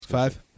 Five